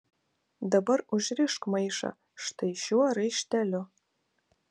dabar užrišk maišą štai šiuo raišteliu